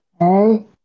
Okay